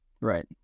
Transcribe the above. Right